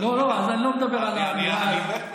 אני לא מאמין.